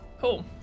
Cool